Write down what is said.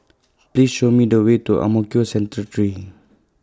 Please Show Me The Way to Ang Mo Kio Central three